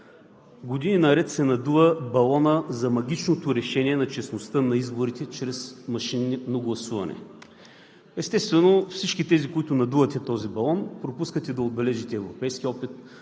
Години наред се надува балонът за магичното решение на честността на изборите чрез машинно гласуване. Естествено, всички които надувате този балон, пропускате да отбележите европейския опит,